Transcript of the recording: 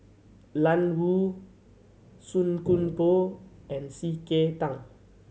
Lan Woo Song Koon Poh and C K Tang